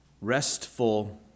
Restful